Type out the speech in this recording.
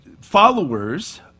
followers